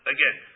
Again